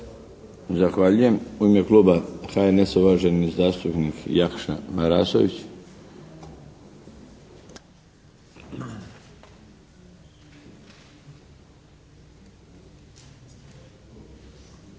Zahvaljujem. U ime Kluba HNS-a uvaženi zastupnik Jakša Marasović.